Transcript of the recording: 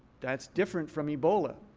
that's different from ebola.